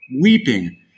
weeping